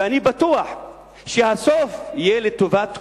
ואני בטוח שהסוף יהיה לטובת כולנו.